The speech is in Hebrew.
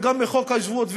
וגם מחוק השבות,